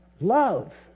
love